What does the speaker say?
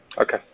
Okay